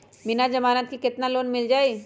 बिना जमानत के केतना लोन मिल जाइ?